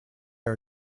are